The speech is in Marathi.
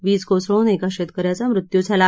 वीज कोसळून एका शेतकऱ्याचा मृत्यू झाला